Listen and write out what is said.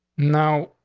now,